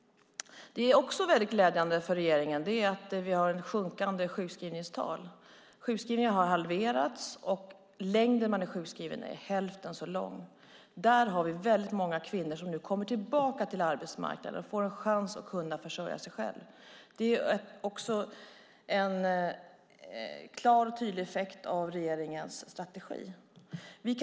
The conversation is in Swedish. Glädjande för regeringen är också att sjukskrivningstalen sjunker. Sjukskrivningarna har halverats och den tid man är sjukskriven har minskat med hälften. Många kvinnor kommer nu tillbaka till arbetsmarknaden och får en chans att försörja sig själva. Det är en tydlig effekt av regeringens strategi.